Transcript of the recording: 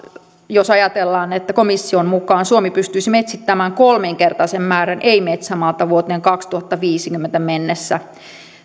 jos ajatellaan että komission mukaan suomi pystyisi metsittämään kolminkertaisen määrän ei metsämaata vuoteen kaksituhattaviisikymmentä mennessä niin